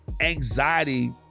anxiety